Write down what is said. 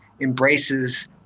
embraces